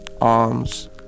arms